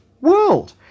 world